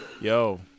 yo